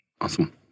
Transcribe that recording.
Awesome